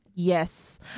Yes